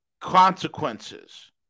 consequences